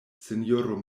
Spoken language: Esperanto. sinjoro